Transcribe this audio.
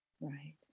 Right